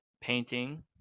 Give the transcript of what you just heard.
painting